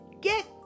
Get